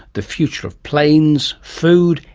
the future of planes, food,